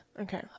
Okay